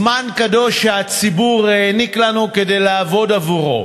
זמן קדוש שהציבור העניק לנו כדי לעבוד עבורו,